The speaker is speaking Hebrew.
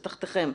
זה תחתיכם.